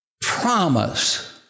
promise